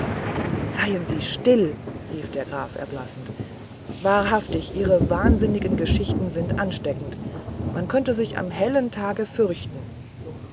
seien sie still rief der graf erblassend wahrhaftig ihre wahnsinnigen geschichten sind ansteckend man könnte sich am hellen tage fürchten